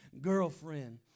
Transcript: girlfriend